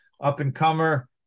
up-and-comer